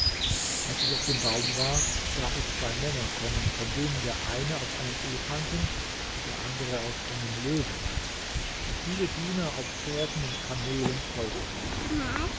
als ich auf dem baum war sah ich zwei männer kommen von denen der eine auf einem elefanten und der andere auf einem löwen ritt und viele diener auf pferden und kamelen folgten